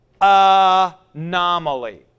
Anomaly